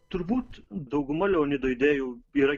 turbūt dauguma leonido idėjų yra